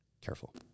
Careful